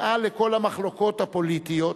מעל לכל המחלוקות הפוליטיות